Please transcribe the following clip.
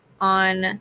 on